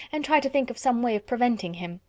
and try to think of some way of preventing him.